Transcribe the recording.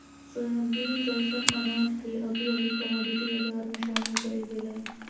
soybean जैसन अनाज के अभी अभी कमोडिटी बजार में शामिल कइल गेल हइ